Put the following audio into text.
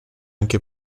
anche